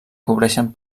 cobreixen